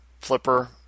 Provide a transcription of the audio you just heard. flipper